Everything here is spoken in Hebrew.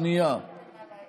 לא נמצא.